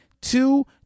two